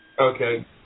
Okay